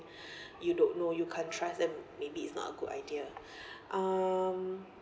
you don't know you can't trust them maybe it's not a good idea um